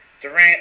Durant